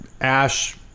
Ash